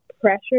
pressure